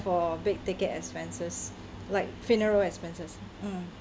for big ticket expenses like funeral expenses mm